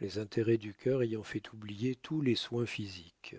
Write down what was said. les intérêts du cœur ayant fait oublier tous les soins physiques